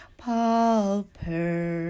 palper